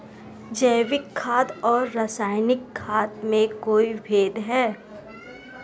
जैविक खाद और रासायनिक खाद में कोई भेद है?